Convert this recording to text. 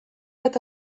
bat